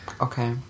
Okay